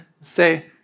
say